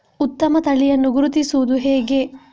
ಉತ್ತಮ ತಳಿಯನ್ನು ಗುರುತಿಸುವುದು ಹೇಗೆ?